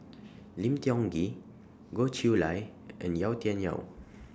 Lim Tiong Ghee Goh Chiew Lye and Yau Tian Yau